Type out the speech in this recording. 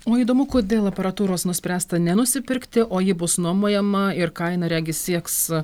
o įdomu kodėl aparatūros nuspręsta nenusipirkti o ji bus nuomojama ir kaina regis sieks